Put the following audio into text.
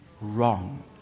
wrong